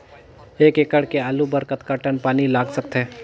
एक एकड़ के आलू बर कतका टन पानी लाग सकथे?